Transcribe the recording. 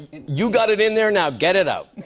you got it in there, now get it out.